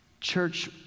Church